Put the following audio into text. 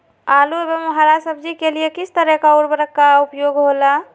आलू एवं हरा सब्जी के लिए किस तरह का उर्वरक का उपयोग होला?